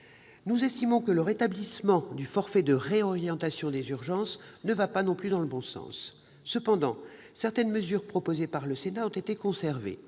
%. Selon nous, le rétablissement du forfait de réorientation des urgences ne va pas non plus dans le bon sens. Cependant, certaines mesures proposées par le Sénat ont été conservées.